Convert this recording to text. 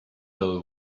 will